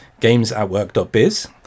gamesatwork.biz